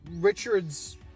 Richard's